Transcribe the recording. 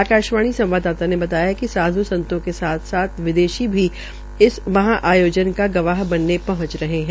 आकाशवाणी संवाददाता ने बताया कि साध् संतो के साथ साथ विदेशी भी इस महा आयोजना का गवाह बनने पहंच रहे है